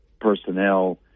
personnel